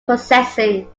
processing